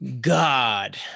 God